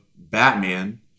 Batman